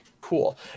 cool